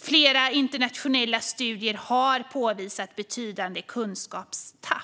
Flera internationella studier har påvisat betydande kunskapstapp.